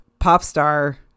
Popstar